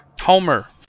Homer